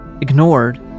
Ignored